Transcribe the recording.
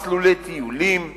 מסלולי טיולים וכו'